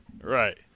Right